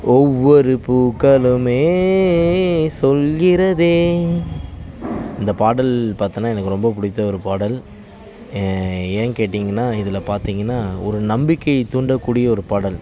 ஒவ்வொரு பூக்களுமே சொல்கிறதே அந்த பாடல் பார்த்தனா எனக்கு ரொம்ப பிடித்த ஒரு பாடல் ஏன் கேட்டிங்கனா இதில் பார்த்திங்கனா ஒரு நம்பிக்கை தூண்டக்கூடிய ஒரு பாடல்